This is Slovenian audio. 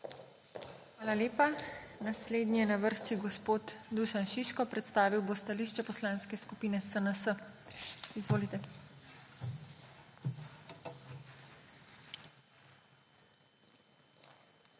Hvala lepa. Naslednji je na vrsti gospod Igor Peček, predstavil bo stališče Poslanske skupine LMŠ. Izvolite. IGOR